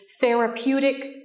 therapeutic